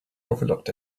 overlooked